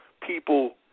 people